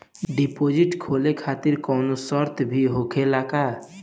Deposit खोले खातिर कौनो शर्त भी होखेला का?